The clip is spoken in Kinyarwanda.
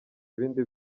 ibindi